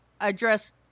address